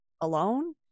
alone